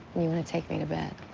you want to take me to bed.